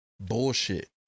bullshit